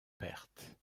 pertes